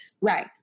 Right